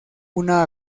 una